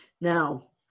Now